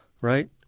right